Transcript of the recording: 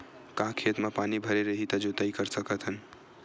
का खेत म पानी भरे रही त जोताई कर सकत हन?